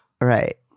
Right